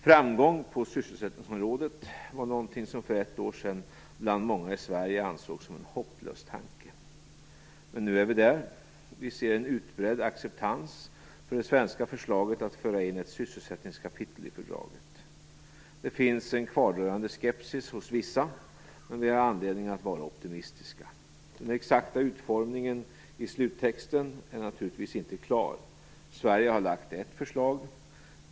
Framgång på sysselsättningsområdet var någonting som för ett år sedan bland många i Sverige ansågs som en hopplös tanke. Men nu är vi där. Vi ser en utbredd acceptans för det svenska förslaget att föra in ett sysselsättningskapitel i fördraget. Det finns en kvardröjande skepsis hos vissa, men vi har anledning att vara optimistiska. Den exakta utformningen i sluttexten är naturligtvis inte klar. Sverige har lagt fram ett förslag.